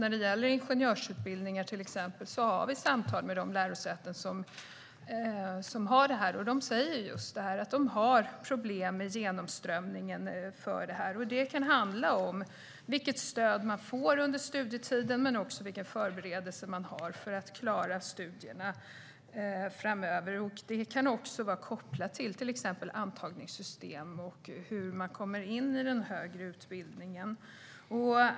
När det gäller till exempel ingenjörsutbildningar har vi samtal med de lärosäten som driver dem, och de säger att de har problem med genomströmningen. Det kan handla om vilket stöd man får under studietiden men också om vilka förberedelser man gör för att klara studierna. Det kan vara kopplat till antagningssystem och hur man kommer in i den högre utbildningen.